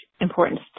importance